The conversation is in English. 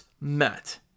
met